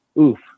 oof